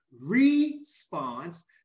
response